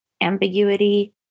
ambiguity